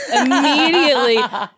immediately